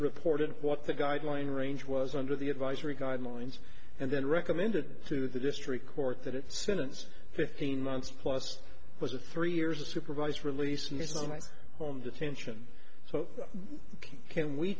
reported what the guideline range was under the advisory guidelines and then recommended to the district court that it sentence fifteen months plus was a three years of supervised release minimize home detention so can we